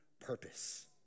purpose